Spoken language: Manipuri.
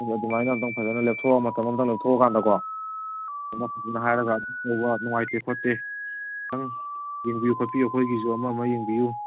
ꯑꯗꯨ ꯑꯗꯨꯃꯥꯏꯅ ꯑꯝꯇꯪ ꯐꯖꯅ ꯂꯦꯞꯊꯣꯛꯑ ꯃꯇꯝ ꯑꯝꯇꯪ ꯂꯦꯞꯊꯣꯛꯑꯀꯥꯟꯗꯀꯣ ꯑꯝꯇꯪ ꯐꯖꯅ ꯍꯥꯏꯔꯒ ꯅꯨꯡꯉꯥꯏꯇꯦ ꯈꯣꯠꯇꯦ ꯑꯝꯇꯪ ꯌꯦꯡꯕꯤꯌꯨ ꯈꯣꯠꯄꯤꯌꯨ ꯑꯩꯈꯣꯏꯒꯤꯁꯨ ꯑꯃ ꯑꯃ ꯌꯦꯡꯕꯤꯌꯨ